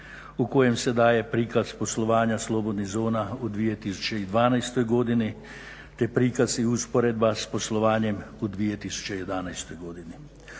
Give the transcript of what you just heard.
u kojem se daje prikaz poslovanja slobodnih zona u 2012. godini, te prikaz i usporedba sa poslovanjem u 2011. godini.